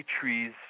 trees